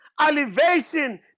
elevation